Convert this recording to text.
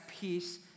peace